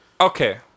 Okay